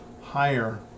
higher